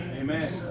Amen